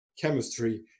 chemistry